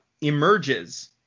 emerges